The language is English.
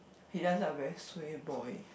he just a very sweet boy